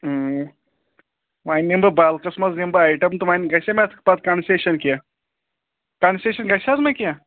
وۄنۍ نِمہٕ بہٕ بَلکَس منٛز نِمہٕ بہٕ آیٹَم تہٕ وۄنۍ گژھیٛا مےٚ اَتھ پَتہٕ کَنسیشَن کینٛہہ کَنسیشَن گژھِ حظ مےٚ کینٛہہ